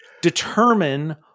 determine